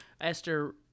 Esther